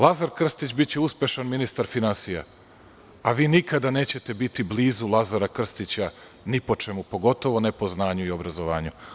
Lazar Krstić biće uspešan ministar finansija, a vi nikada nećete biti blizu Lazara Krstića ni po čemu, pogotovo ne po znanju i obrazovanju.